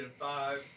five